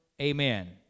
Amen